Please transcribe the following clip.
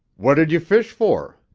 what did you fish for?